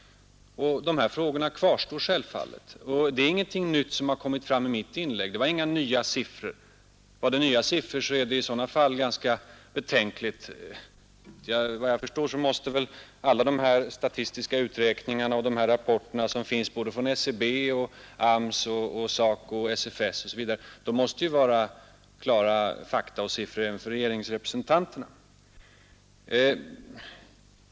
De här frågorna kvarstår självfallet. Det är ingenting nytt som har kommit fram i mitt inlägg — det var inga nya siffror. Om det var nya siffror, så är det i sådana fall ganska betänkligt. Efter vad jag förstår måste alla de här statistiska uträkningarna och de här rapporterna som finns — från SCB, AMS, SACO, SFS osv. — vara klara fakta och siffror även för regeringsrepresentanterna.